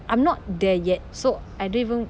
I'm not there yet so I don't even